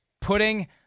putting